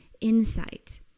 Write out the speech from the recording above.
insight